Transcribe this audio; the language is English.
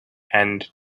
and